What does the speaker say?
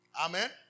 Amen